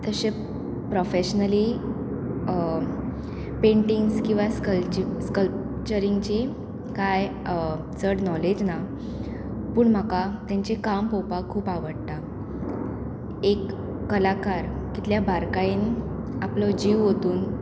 तशें professionally paintings किंवां स्कल्प स्कल्कचरींगची कांय चड नॉलेज ना पूण म्हाका तेंचें काम पोवपाक खूब आवडटा एक कलाकार कितल्या बारकायेन आपलो जीव ओतून